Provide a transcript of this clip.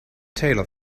tailor